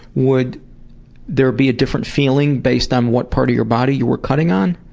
would there be a different feeling based on what part of your body you were cutting on,